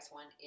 one